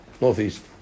northeast